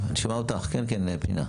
אני שומע אותך, כן, כן, פנינה.